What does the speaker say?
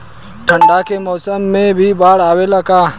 ठंडा के मौसम में भी बाढ़ आवेला का?